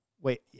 Wait